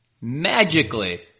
magically